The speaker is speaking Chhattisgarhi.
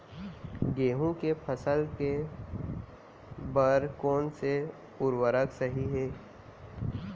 गेहूँ के फसल के बर कोन से उर्वरक सही है?